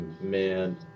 man